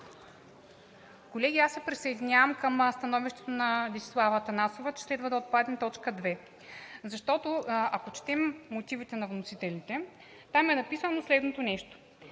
Колеги, аз се присъединявам към становището на Десислава Атанасова, че следва да отпадне т. 2. Ако четем мотивите на вносителите, там е написано следното нещо: